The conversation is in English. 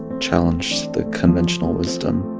challenge the conventional wisdom